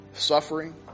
suffering